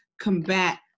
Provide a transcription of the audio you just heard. combat